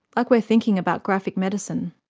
like we're thinking about graphic medicine.